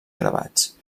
gravats